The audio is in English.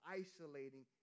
isolating